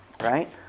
right